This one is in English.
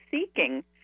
seeking